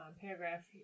paragraph